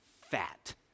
fat